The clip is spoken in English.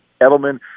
Edelman